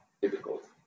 difficult